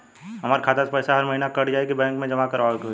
हमार खाता से पैसा हर महीना कट जायी की बैंक मे जमा करवाए के होई?